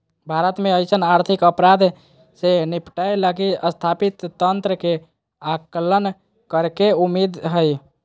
भारत में अइसन आर्थिक अपराध से निपटय लगी स्थापित तंत्र के आकलन करेके उम्मीद हइ